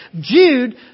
Jude